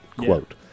quote